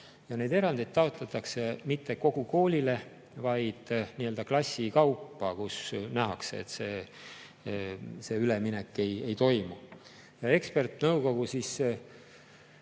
Neid erandeid taotletakse mitte kogu koolile, vaid nii-öelda klassi kaupa, kus nähakse, et see üleminek ei toimu. Ja ekspertnõukogu